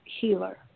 Healer